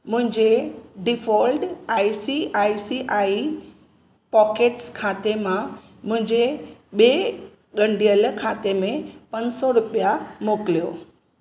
मुंहिंजे default I C I C I pockets खाते मां मुंहिंजे ॿिए ॻंढियल खाते में पंज सौ रुपिया मोकिलियो